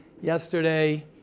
yesterday